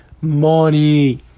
money